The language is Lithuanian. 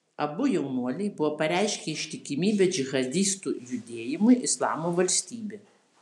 abu jaunuoliai buvo pareiškę ištikimybę džihadistų judėjimui islamo valstybė